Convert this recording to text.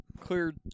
Cleared